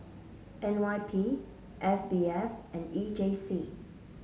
N Y P S B F and E J C